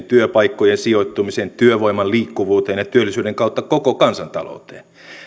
työpaikkojen sijoittumiseen työvoiman liikkuvuuteen ja työllisyyden kautta koko kansantalouteen